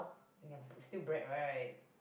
!aiya! sti~ still bread right